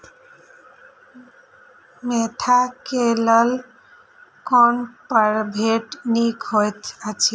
Mentha क लेल कोन परभेद निक होयत अछि?